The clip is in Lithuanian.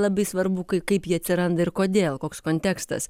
labai svarbu kaip jie atsiranda ir kodėl koks kontekstas